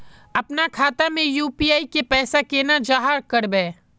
अपना खाता में यू.पी.आई के पैसा केना जाहा करबे?